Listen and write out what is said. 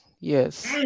yes